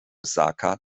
osaka